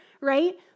right